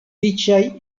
riĉaj